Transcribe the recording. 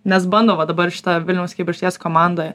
nes bando va dabar šita vilniaus kibirkšties komanda